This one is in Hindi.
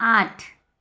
आठ